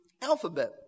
alphabet